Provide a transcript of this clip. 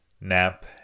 nap